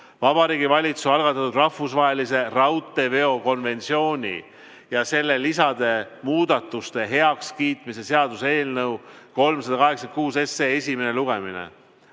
Vabariigi Valitsuse algatatud rahvusvahelise raudteeveo konventsiooni ja selle lisade muudatuste heakskiitmise seaduse eelnõu 386 esimene lugemine.